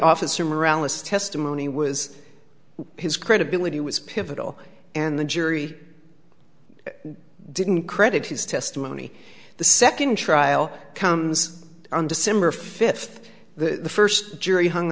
officer morale is testimony was his credibility was pivotal and the jury didn't credit his testimony the second trial comes on december fifth the first jury hung